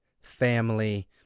family